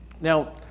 Now